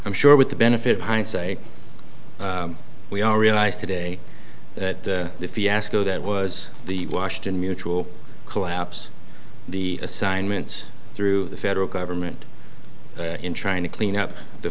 i'm sure with the benefit of hindsight we all realize today that the fiasco that was the washington mutual collapse the assignments through the federal government in trying to clean up the